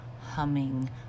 humming